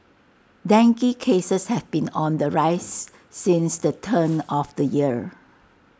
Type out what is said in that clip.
dengue cases have been on the rise since the turn of the year